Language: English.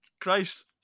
Christ